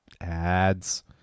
Ads